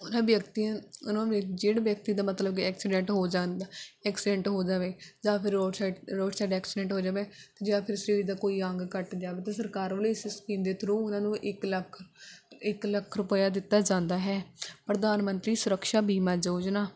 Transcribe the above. ਉਨ੍ਹਾਂ ਵਿਅਕਤੀਆਂ ਉਨ੍ਹਾਂ ਜਿਹੜੇ ਵਿਅਕਤੀ ਦਾ ਮਤਲਬ ਕਿ ਐਕਸੀਡੈਂਟ ਹੋ ਜਾਂਦਾ ਐਕਸੀਡੈਂਟ ਹੋ ਜਾਵੇ ਜਾਂ ਫਿਰ road side road side accident ਹੋ ਜਾਵੇ ਜਾਂ ਫਿਰ ਸਰੀਰ ਦਾ ਕੋਈ ਅੰਗ ਕੱਟ ਜਾਵੇ ਤਾਂ ਸਰਕਾਰ ਵੱਲੋਂ ਇਸ ਸਕੀਮ ਦੇ ਥਰੂ ਉਨ੍ਹਾਂ ਨੂੰ ਇੱਕ ਲੱਖ ਇੱਕ ਲੱਖ ਰੁਪਇਆ ਦਿੱਤਾ ਜਾਂਦਾ ਹੈ ਪ੍ਰਧਾਨ ਮੰਤਰੀ ਸੁਰੱਕਸ਼ਾ ਬੀਮਾ ਯੋਜਨਾ